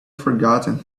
forgotten